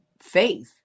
faith